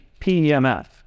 PEMF